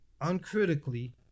uncritically